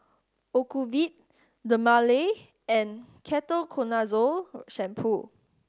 Ocuvite Dermale and Ketoconazole Shampoo